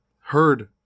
heard